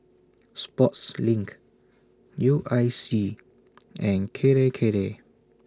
Sportslink U I C and Kirei Kirei